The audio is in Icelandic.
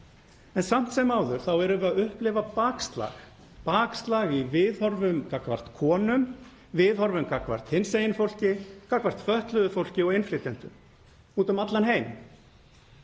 En samt sem áður erum við að upplifa bakslag í viðhorfum gagnvart konum, viðhorfum gagnvart hinsegin fólki, gagnvart fötluðu fólki og innflytjendum úti um allan heim.